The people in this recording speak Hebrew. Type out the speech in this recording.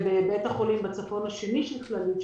בבית החולים השני בצפון של כללית,